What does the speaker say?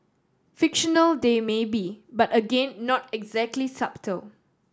fictional they may be but again not exactly subtle